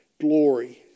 glory